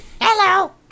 Hello